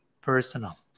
personal